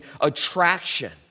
attraction